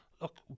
Look